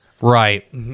Right